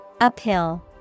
Uphill